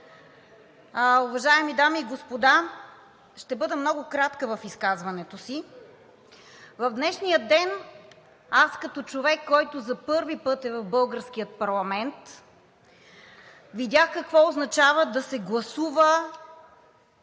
Уважаеми дами и господа, ще бъда много кратка в изказването си. В днешния ден, аз като човек, който за първи път е в българския парламент, видях какво означава да се гласува